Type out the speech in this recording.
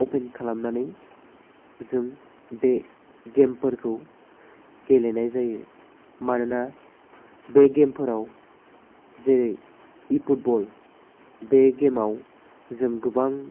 अपेन खालामनानै जों बे गेम फोरखौ गेलेनाय जायो मानोना बे गेम फोराव जेरै इ फुटबल बे गेम आव जों गोबां